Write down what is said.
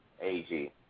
AG